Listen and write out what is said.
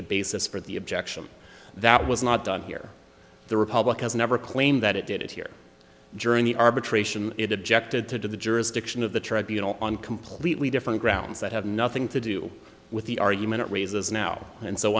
the basis for the objection that was not done here the republicans never claimed that it did it here during the arbitration it objected to the jurisdiction of the tribunal on completely different grounds that have nothing to do with the argument it raises now and so